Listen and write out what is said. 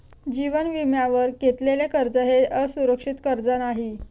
जीवन विम्यावर घेतलेले कर्ज हे असुरक्षित कर्ज नाही